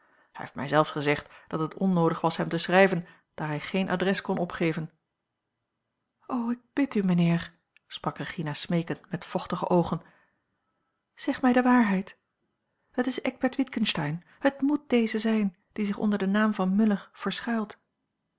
hij heeft mij zelfs gezegd dat het onnoodig was hem te schrijven daar hij geen adres kon opgeven a l g bosboom-toussaint langs een omweg o ik bid u mijnheer sprak regina smeekend met vochtige oogen zeg mij de waarheid het is eckbert witgensteyn het moet deze zijn die zich onder den naam van muller verschuilt